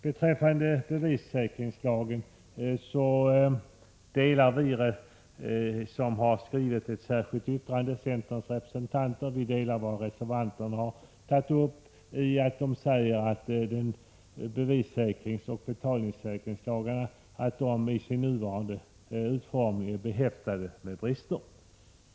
Beträffande bevissäkringslagen delar vi centerrepresentanter som skrivit ett särskilt yttrande reservanternas uppfattning att bevissäkringsoch betalningssäkringslagarna i sin nuvarande utformning är behäftade med brister.